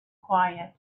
quiet